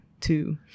two